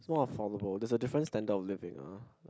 it's more affordable there's a different standard of living ah but